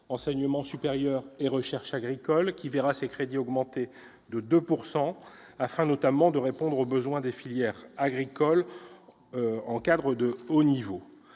Enseignement supérieur et recherche agricoles », qui verra ses crédits augmenter de 2 %, afin notamment de répondre aux besoins des filières agricoles en cadres de haut niveau,